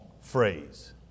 phrase